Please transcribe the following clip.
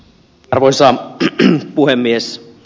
arvoisa puhemies